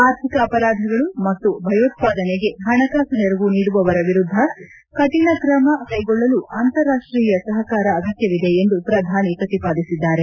ಆರ್ಥಿಕ ಅಪರಾಧಿಗಳು ಮತ್ತು ಭಯೋತ್ವಾದನೆಗೆ ಹಣಕಾಸು ನೆರವು ನೀಡುವವರ ವಿರುದ್ದ ಕಠಿಣ ಕ್ರಮ ಕ್ಕೆಗೊಳ್ಳಲು ಅಂತಾರಾಷ್ಷೀಯ ಸಹಕಾರ ಅಗತ್ನವಿದೆ ಎಂದು ಪ್ರಧಾನಿ ಪ್ರತಿಪಾದಿಸಿದ್ದಾರೆ